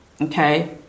Okay